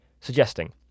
suggesting